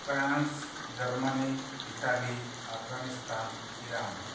France Germany Italy Afghanistan Iran